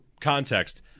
context